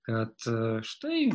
kad štai